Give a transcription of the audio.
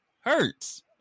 hurts